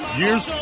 years